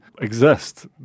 exist